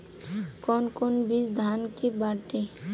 कौन कौन बिज धान के बाटे?